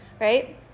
right